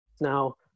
now